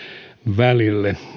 välille